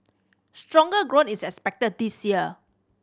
stronger growth is expected this year